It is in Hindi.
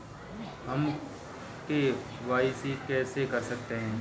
हम के.वाई.सी कैसे कर सकते हैं?